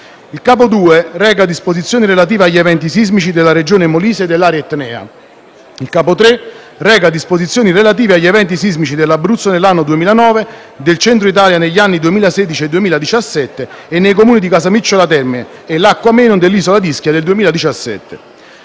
Il capo II reca disposizioni relative agli eventi sismici della Regione Molise e dell'area etnea. Il capo III reca disposizioni relative agli eventi sismici dell'Abruzzo nell'anno 2009, del Centro-Italia negli anni 2016 e 2017 e nei comuni di Casamicciola Terme e Lacco Ameno dell'isola di Ischia nel 2017.